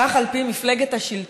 כך על פי מפלגת השלטון